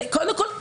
כל מקום.